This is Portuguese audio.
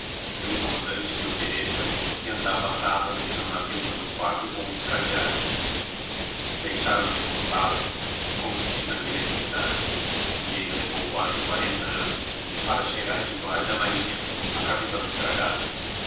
de um comandante de opereta que andava à cata do seu navio pelos quatro pontos cardeais deixaram no encostado como se diz na gíria militar e ele levou quase quarenta anos para chegar de guarda marinha a